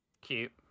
Cute